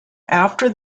after